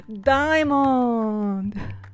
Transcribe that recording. Diamond